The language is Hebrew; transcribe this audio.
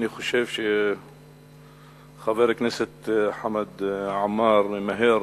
אני חושב שחבר הכנסת חמד עמאר ממהר